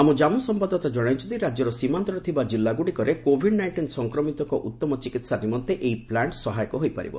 ଆମ ଜାମ୍ମ ସମ୍ଭାଦଦାତା ଜଣାଇଛନ୍ତି ରାଜ୍ୟର ସୀମାନ୍ତରେ ଥିବା ଜିଲ୍ଲାଗୁଡ଼ିକରେ କୋଭିଡ୍ ନାଇଷ୍ଟିନ ସଂକ୍ରମିତଙ୍କ ଉତ୍ତମ ଚିକିତ୍ସା ନିମନ୍ତେ ଏହି ପ୍ଲାଣ୍ଟ୍ ସହାୟକ ହୋଇପାରିବ